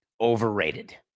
Overrated